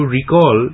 recall